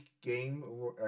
game